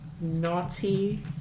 naughty